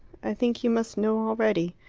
i think you must know already.